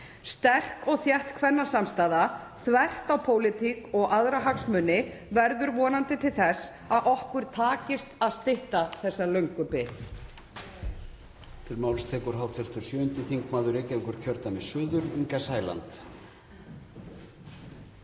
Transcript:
Sterk og þétt kvennasamstaða þvert á pólitík og aðra hagsmuni verður vonandi til þess að okkur takist að stytta þessa löngu bið.